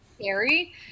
scary